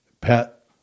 Pat